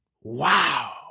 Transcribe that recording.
Wow